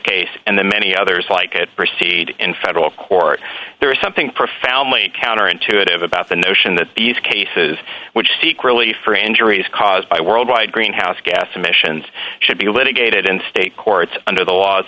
case and the many others like it proceed in federal court there is something profoundly counterintuitive about the notion that these cases which seek relief are injuries caused by world wide greenhouse gas emissions should be litigated in state courts under the laws